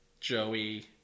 Joey